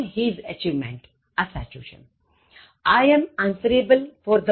I am answerable for the boss